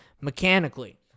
mechanically